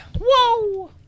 Whoa